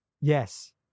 yes